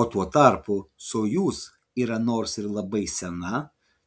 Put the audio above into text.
o tuo tarpu sojuz yra nors ir labai sena